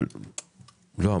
לא.